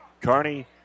Carney